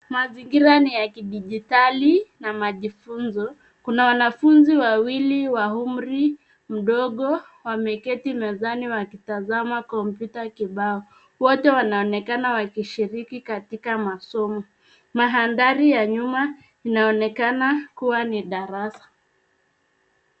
Mazingira ni ya kidijitali na majifunzo. Kuna wanafunzi wawili wa umri mdogo wameketi mezani wakitazama kompyuta kibao. Wote wanaonekana wakishiriki katika masomo. Mandhari ya nyuma inaonekana kuwa ni darasa.